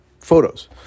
photos